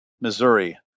Missouri